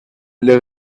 les